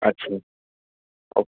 અચ્છા ઓકે